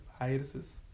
hiatuses